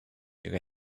ihre